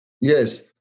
Yes